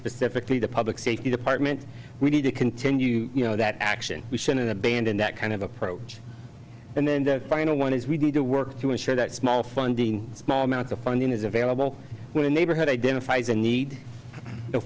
specifically the public safety department we need to continue you know that action we shouldn't abandon that kind of approach and then the final one is we need to work to ensure that small funding small amounts of funding is available in the neighborhood identifies a need